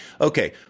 okay